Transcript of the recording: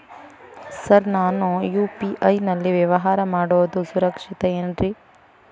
Sir ನಾನು UPI ನಲ್ಲಿ ವ್ಯವಹಾರ ಮಾಡೋದು ಸುರಕ್ಷಿತ ಏನ್ರಿ?